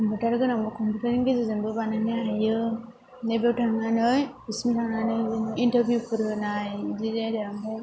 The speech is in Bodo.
कम्पुटार गोनांबा कम्पुटारनि गेजेरजोंबो बानायनो हायो ओमफाय बेव थानानै बेसिम थांनानैबो इन्टारबिउफोर होनाय इदि आरो ओमफाय